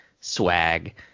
swag